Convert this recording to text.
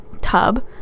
tub